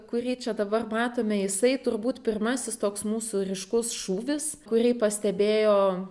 kurį čia dabar matome jisai turbūt pirmasis toks mūsų ryškus šūvis kurį pastebėjo